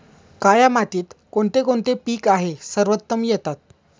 काया मातीत कोणते कोणते पीक आहे सर्वोत्तम येतात?